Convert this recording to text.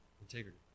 Integrity